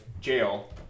jail